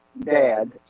dad